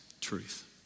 truth